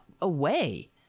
away